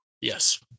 Yes